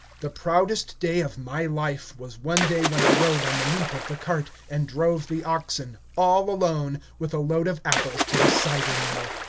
the proudest day of my life was one day when i rode on the neap of the cart, and drove the oxen, all alone, with a load of apples to the cider-mill.